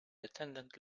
attendant